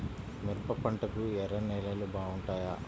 మిరప పంటకు ఎర్ర నేలలు బాగుంటాయా?